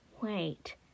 Wait